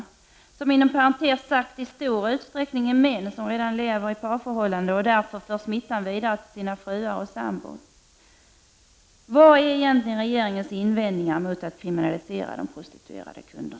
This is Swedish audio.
Dessa är, inom parentes sagt, i stor utsträckning män som redan lever i parförhållanden och inom dessa för smittan vidare till sina fruar och sambos. Vad är egentligen regeringens invändning mot att kriminalisera de prostituerades kunder?